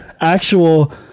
actual